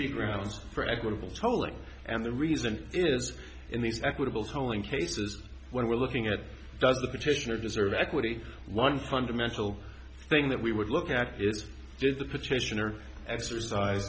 be grounds for equitable tolling and the reason is in these equitable tolling cases when we're looking at does the petitioner deserve equity one fundamental thing that we would look at is did the petitioner exercise